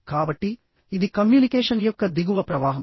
కాబట్టి ఇది కమ్యూనికేషన్ యొక్క దిగువ ప్రవాహం